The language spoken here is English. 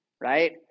right